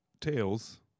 Tails